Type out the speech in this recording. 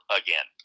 again